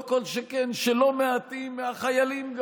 כל שכן לא מעטים מן החיילים,